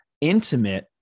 intimate